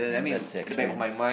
bad to experience